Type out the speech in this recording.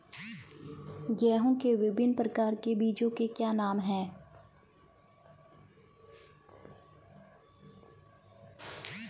गेहूँ के विभिन्न प्रकार के बीजों के क्या नाम हैं?